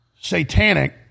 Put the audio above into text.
satanic